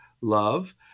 love